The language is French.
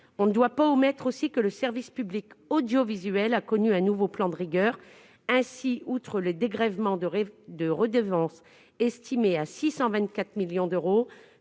il ne faut pas oublier que le service public audiovisuel a connu un nouveau plan de rigueur. Outre les dégrèvements de redevance estimés à 624 millions d'euros,